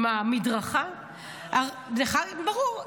עם המדרכה, לך זה ברור.